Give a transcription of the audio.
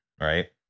Right